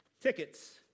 Tickets